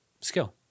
skill